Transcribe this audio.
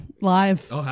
live